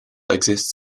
exists